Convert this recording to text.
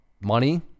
money